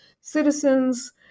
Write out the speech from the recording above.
citizens